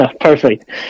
Perfect